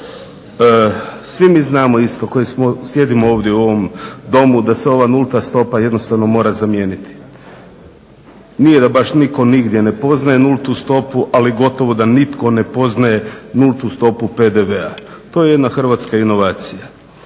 Svi mi znamo isto koji sjedimo ovdje u ovom domu da se ova nulta stopa jednostavno mora zamijeniti. Nije da baš nitko nigdje ne poznaje nultu stopu ali gotovo da nitko ne poznaje nultu stopu PDV-a. To je jedna hrvatska inovacija.